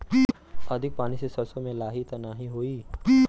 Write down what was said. अधिक पानी से सरसो मे लाही त नाही होई?